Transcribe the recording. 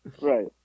right